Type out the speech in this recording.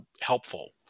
helpful